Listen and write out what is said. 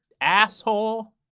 asshole